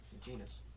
genus